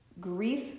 Grief